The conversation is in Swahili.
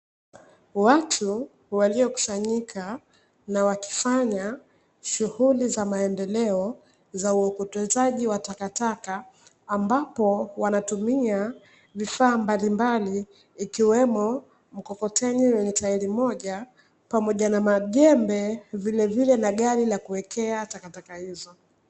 Watu waliokusanyika na wakifanya shughuli za maendeleo za uokotaji wa takataka, ambapo wanatumia vifaa mbalimbali ikiwemo: mkokoteni wenye tairi moja, pamoja na majembe, vilevile na gari la kuwekea takataka hizo.